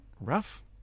rough